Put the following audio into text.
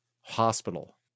hospital